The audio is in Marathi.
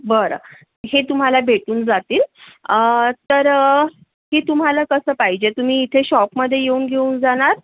बरं हे तुम्हाला भेटून जातील तर ती तुम्हाला कसं पाहिजे तुम्ही इथे शॉपमध्ये येऊन घेऊन जाणार